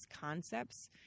concepts